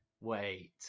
wait